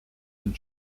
une